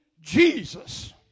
Jesus